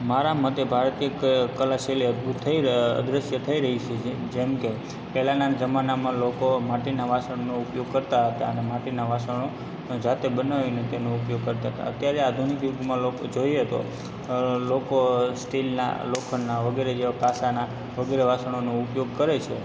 મારા મતે ભારત એક કલાશૈલી અદ્ભૂત થઈ અદૃશ્ય થઇ રહી છે જેમ કે પહેલાના જમાનામાં લોકો માટીનાં વાસણનો ઉપયોગ કરતાંં હતાં અને માટીનાં વાસણો જાતે બનાવીને તેનો ઉપયોગ કરતાં હતાં અત્યારે આધુનિક યુગમાં લોકો જોઈએ તો લોકો સ્ટીલનાં લોખંડનાં વગેરે જેવા કાંસાનાં વગેરે વાસણોનો ઉપયોગ કરે છે